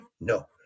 No